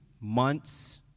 months